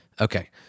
Okay